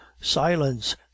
silence